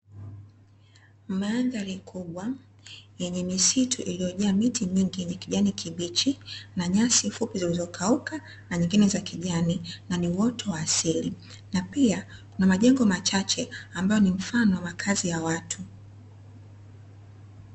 Mandhari kubwa, yenye misitu iliyojaa miti mingi yenye kijani kibichi, na nyasi fupi ziliokauka, na nyingine za kijani na ni uoto wa asili. Na pia kuna majengo machache, ambayo ni mfano wa makazi ya watu.